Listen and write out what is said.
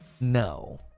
no